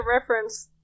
reference